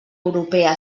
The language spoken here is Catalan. europea